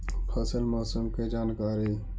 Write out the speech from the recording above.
फसल मौसम के जानकारी?